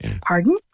pardon